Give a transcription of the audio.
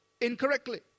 incorrectly